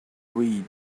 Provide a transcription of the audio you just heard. read